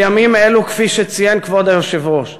בימים אלה, כפי שציין כבוד היושב-ראש,